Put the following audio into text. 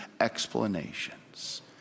explanations